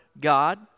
God